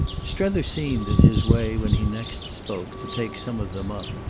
strether seemed, in his way, when he next spoke, to take some of them up.